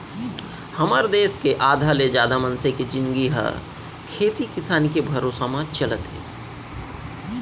हमर देस के आधा ले जादा मनसे के जिनगी ह खेती किसानी के भरोसा म चलत हे